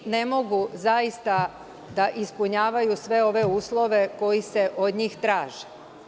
Tako ne mogu zaista da ispunjavaju sve ove uslove koji se od njih traže.